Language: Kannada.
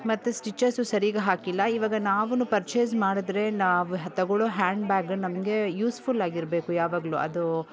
ಮತ್ತೆ ಸ್ಟಿಚಸ್ಸೂ ಸರಿಯಾಗಿ ಹಾಕಿಲ್ಲ ಈವಾಗ ನಾವುನೂ ಪರ್ಚೇಸ್ ಮಾಡಿದ್ರೆ ನಾವು ತೊಗೊಳ್ಳೊ ಹ್ಯಾಂಡ್ ಬ್ಯಾಗ್ ನಮಗೆ ಯೂಸ್ಫುಲ್ ಆಗಿರಬೇಕು ಯಾವಾಗಲು ಅದು